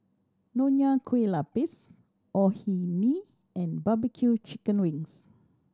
Nonya Kueh Lapis Orh Nee and B B Q chicken wings